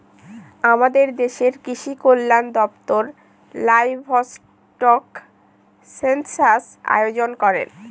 আমাদের দেশের কৃষিকল্যান দপ্তর লাইভস্টক সেনসাস আয়োজন করেন